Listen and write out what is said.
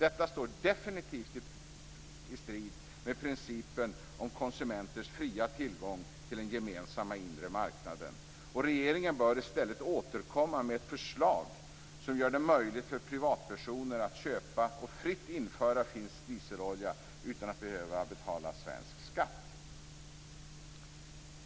Detta står definitivt i strid med principen om konsumenters fria tillgång till den gemensamma inre marknaden. Regeringen bör i stället återkomma med ett förslag som gör det möjligt för privatpersoner att köpa och fritt införa finsk dieselolja utan att behöva betala svensk skatt.